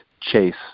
chase